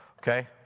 Okay